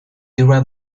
ira